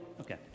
Okay